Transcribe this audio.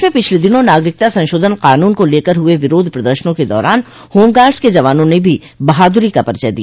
प्रदेश में पिछले दिनों नागरिकता संशोधन कानून को लेकर हुए विरोध प्रदर्शनों के दौरान होमगार्ड्स के जवानों ने भी बहादुरी का परिचय दिया